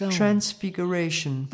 transfiguration